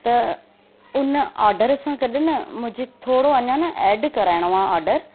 त उन ऑडर सां गॾु न मूंखे थोरो अञा न ऐड कराइणो आहे ऑडर